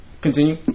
Continue